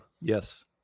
yes